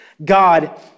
God